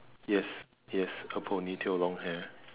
yes yes a ponytail long hair